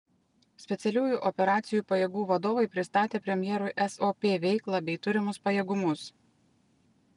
specialiųjų operacijų pajėgų vadovai pristatė premjerui sop veiklą bei turimus pajėgumus